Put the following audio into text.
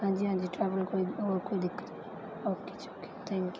ਹਾਂਜੀ ਹਾਂਜੀ ਟਰੈਵਲ ਕੋਈ ਹੋਰ ਕੋਈ ਦਿੱਕਤ ਨਹੀਂ ਓਕੇ ਜੀ ਓਕੇ ਥੈਂਕ ਯੂ